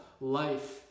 life